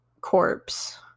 corpse